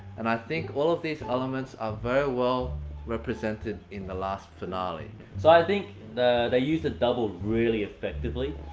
and i think all of these elements are very well represented in the last finale. so i think they used the double really effectively.